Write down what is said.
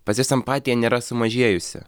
pas juos empatija nėra sumažėjusi